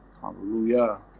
Hallelujah